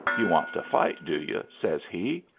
you want to fight, do you? says he.